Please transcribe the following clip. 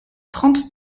trente